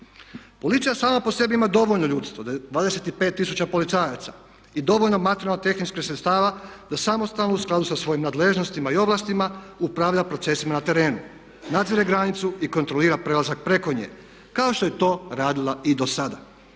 Policija sama po sebi ima dovoljno ljudstvo, 25 tisuća policajaca i dovoljno materijalno tehničkih sredstava da samostalno u skladu sa svojim nadležnostima i ovlastima upravlja procesima na terenu, nadzire granicu i kontrolira prelazak preko nje, kao što je to radila i do sada.